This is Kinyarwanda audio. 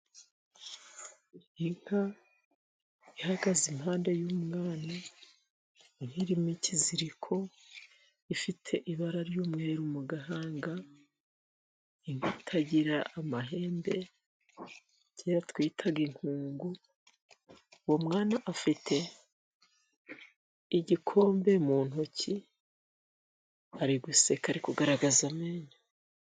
Inka ihagaze impande y'umwana iri mu kiziriko, ifite ibara ry'umweru mu gahanga itagira amahembe iyo twita inkungu, uwo mwana afite igikombe mu ntoki ari guseka ari kugaragaza amenyo.